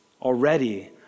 already